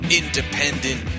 independent